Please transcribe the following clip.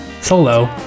solo